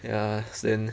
ya then